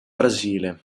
brasile